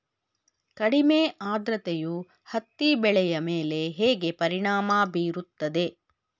ಕಡಿಮೆ ಆದ್ರತೆಯು ಹತ್ತಿ ಬೆಳೆಯ ಮೇಲೆ ಹೇಗೆ ಪರಿಣಾಮ ಬೀರುತ್ತದೆ?